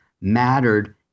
mattered